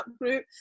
group